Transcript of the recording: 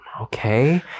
okay